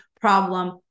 problem